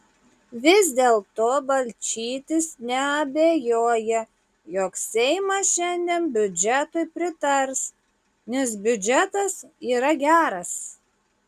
vis dėlto balčytis neabejoja jog seimas šiandien biudžetui pritars nes biudžetas yra geras